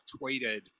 tweeted